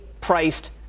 priced